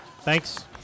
Thanks